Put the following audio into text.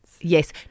Yes